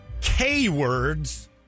K-words